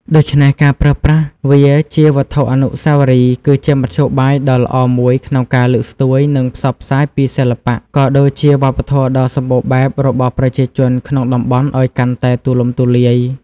ដូច្នេះ ការប្រើប្រាស់វាជាវត្ថុអនុស្សាវរីយ៍ គឺជាមធ្យោបាយដ៏ល្អមួយក្នុងការលើកស្ទួយ និងផ្សព្វផ្សាយពីសិល្បៈ ក៏ដូចជាវប្បធម៌ដ៏សម្បូរបែបរបស់ប្រជាជនក្នុងតំបន់ឱ្យកាន់តែទូលំទូលាយ។